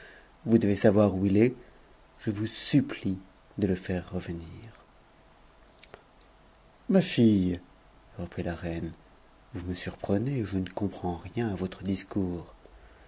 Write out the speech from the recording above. vous devez savoir où il est je vous supplie de le faire revenir ma fille reprit la reine vous me surprenez et je ne comprend rien à votre discours